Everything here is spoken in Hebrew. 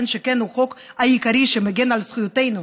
שכן הוא החוק העיקרי שמגן על זכויותינו,